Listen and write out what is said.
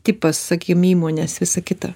tipas sakykim įmonės visa kita